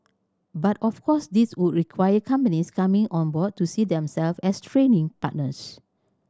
but of course this would require companies coming on board to see themselves as training partners